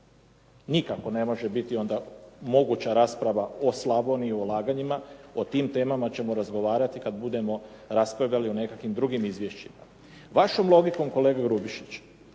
Nikako ne može biti moguća rasprava o Slavoniji o ulaganjima. O tim temama ćemo razgovarati kada budemo raspravljali o nekim drugim izvješćima. Vašom logikom kolega Grubišić